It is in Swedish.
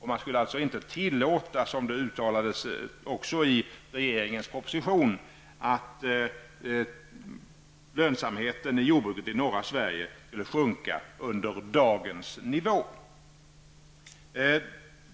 Man skulle alltså inte tillåta -- som det uttalades i regeringens proposition -- att lönsamheten i jordbruket i norra Sverige sjönk under ''dagens nivå''.